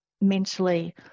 mentally